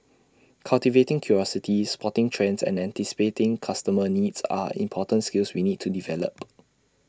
cultivating curiosity spotting trends and anticipating customer needs are important skills we need to develop